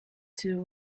two